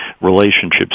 relationships